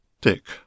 Dick